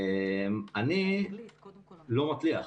אני לא מצליח.